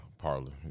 Parlor